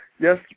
Yes